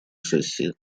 сессии